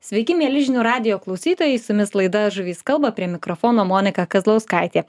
sveiki mieli žinių radijo klausytojai su jumis laida žuvys kalba prie mikrofono monika kazlauskaitė